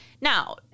Now